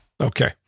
Okay